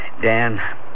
Dan